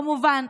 כמובן,